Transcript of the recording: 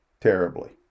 terribly